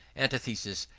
antithesis,